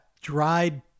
dried